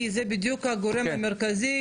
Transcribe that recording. כי זה בדיוק הגורם המרכזי,